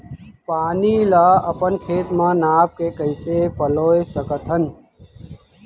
पानी ला अपन खेत म नाप के कइसे पलोय सकथन?